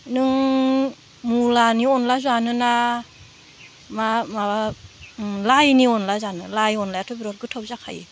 नों मुलानि अनला जानो ना मा माबा लाइनि अनला जानो लाइनि अनलायाथ' बिरात गोथाव जाखायो